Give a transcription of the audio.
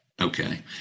Okay